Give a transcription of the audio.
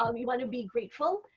um you want to be grateful.